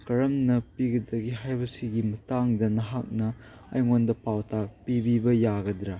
ꯀꯔꯝꯅ ꯄꯤꯒꯗꯒꯦ ꯍꯥꯏꯕꯁꯤꯒꯤ ꯃꯇꯥꯡꯗ ꯅꯍꯥꯛꯅ ꯑꯩꯉꯣꯟꯗ ꯄꯥꯎꯇꯥꯛ ꯄꯤꯕꯤꯕ ꯌꯥꯒꯗ꯭ꯔꯥ